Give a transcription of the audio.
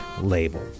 label